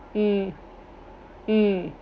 mm mm